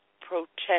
protect